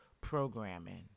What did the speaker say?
programming